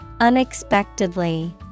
unexpectedly